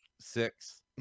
six